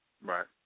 Right